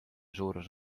suurus